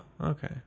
okay